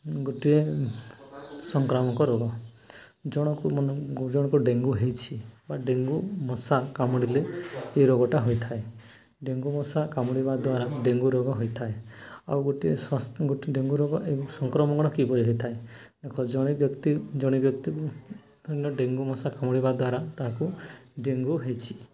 ଗୋଟିଏ ସଂକ୍ରାମକ ରୋଗ ଜଣକୁ ମାନେ ଜଣଙ୍କୁ ଡେଙ୍ଗୁ ହେଇଛି ବା ଡେଙ୍ଗୁ ମଶା କାମୁଡ଼ିଲେ ଏ ରୋଗଟା ହୋଇଥାଏ ଡେଙ୍ଗୁ ମଶା କାମୁଡ଼ିବା ଦ୍ୱାରା ଡେଙ୍ଗୁ ରୋଗ ହୋଇଥାଏ ଆଉ ଗୋଟିଏ ସ୍ୱା ଗୋଟେ ଡେଙ୍ଗୁ ରୋଗ ଏ ସଂକ୍ରାମଣ କିଭଳି ହେଇଥାଏ ଦେଖ ଜଣେ ବ୍ୟକ୍ତି ଜଣେ ବ୍ୟକ୍ତି ଡେଙ୍ଗୁ ମଶା କାମୁଡ଼ିବା ଦ୍ୱାରା ତାହାକୁ ଡେଙ୍ଗୁ ହେଇଛି